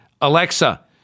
Alexa